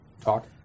talk